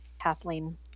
Kathleen